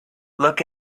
look